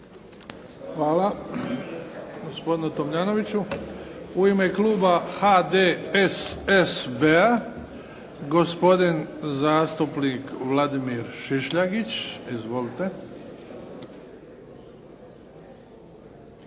Hvala gospodinu Tomljanoviću. U ime kluba HDSSB-a gospodin zastupnik Vladimir Šišljagić. Izvolite.